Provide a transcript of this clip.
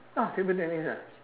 oh table tennis ah